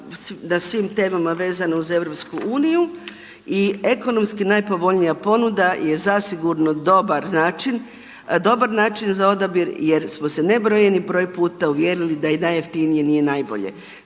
na svim temama vezano uz EU i ekonomski najpovoljnija ponuda je zasigurno dobar način, dobar način za odabir jer smo se nebrojeni broj puta uvjerili da i najjeftinije nije najbolje.